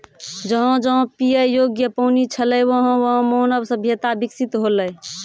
जहां जहां पियै योग्य पानी छलै वहां वहां मानव सभ्यता बिकसित हौलै